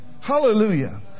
Hallelujah